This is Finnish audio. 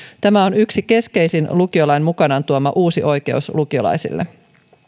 tämä on yksi keskeisin lukiolain mukanaan tuoma uusi oikeus lukiolaisille